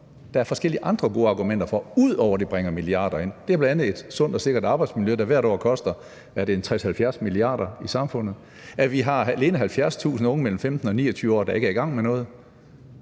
der er forskellige andre gode argumenter for – ud over at de indbringer milliarder. Det er bl.a. et sundt og sikkert arbejdsmiljø. Hvert år koster det samfundet, er det 60-70 mia. kr.? Det er bl.a., at vi har alene 70.000 unge mellem 15 og 29 år, der ikke er i gang med noget;